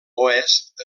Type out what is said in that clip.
oest